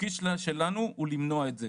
התפקיד שלנו הוא למנוע את זה